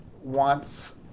wants